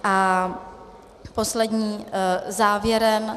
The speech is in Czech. A poslední závěrem.